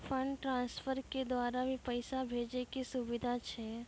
Fund transfer के द्वारा भी पैसा भेजै के सुविधा छै?